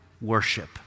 worship